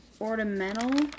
ornamental